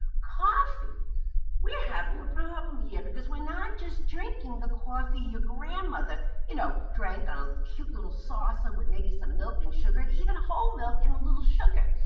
coffee we're having a problem here because we're not just drinking the coffee your grandmother you know drank ah a cute little saucer with maybe some milk and sugar and even whole milk and a little sugar.